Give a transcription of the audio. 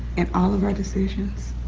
and all of our decisions,